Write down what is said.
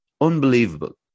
unbelievable